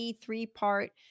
three-part